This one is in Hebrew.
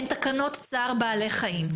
אלה תקנות צער בעלי חיים.